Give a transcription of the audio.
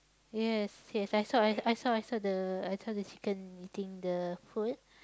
yes yes I saw I saw I saw the I saw the chicken eating the food